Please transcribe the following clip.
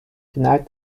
denied